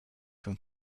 from